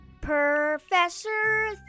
Professor